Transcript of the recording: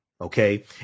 Okay